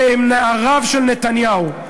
אלה נעריו של נתניהו.